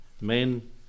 Men